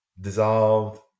dissolved